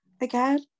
Again